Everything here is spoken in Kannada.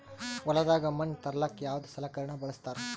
ಹೊಲದಾಗ ಮಣ್ ತರಲಾಕ ಯಾವದ ಸಲಕರಣ ಬಳಸತಾರ?